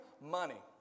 Money